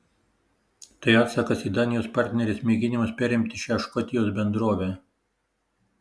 tai atsakas į danijos partnerės mėginimus perimti šią škotijos bendrovę